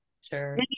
Sure